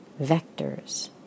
vectors